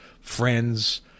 friends